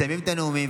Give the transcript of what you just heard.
מסיימים את הנאומים,